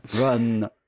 run